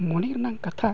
ᱢᱚᱱᱮᱨᱮᱱᱟᱝ ᱠᱟᱛᱷᱟ